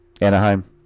Anaheim